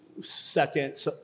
second